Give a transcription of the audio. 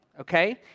okay